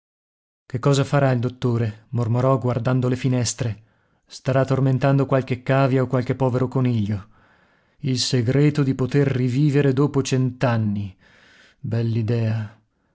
che cosa farà il dottore mormorò guardando le finestre starà tormentando qualche cavia o qualche povero coniglio il segreto di poter rivivere dopo